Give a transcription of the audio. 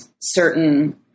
certain